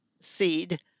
seed